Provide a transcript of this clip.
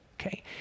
okay